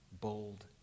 bold